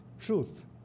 Truth